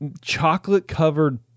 chocolate-covered